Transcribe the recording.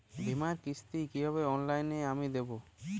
বীমার কিস্তি কিভাবে অনলাইনে আমি দেবো?